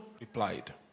replied